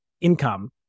income